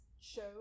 show